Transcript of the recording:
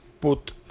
put